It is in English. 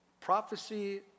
prophecy